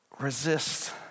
Resist